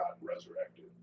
resurrected